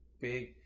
big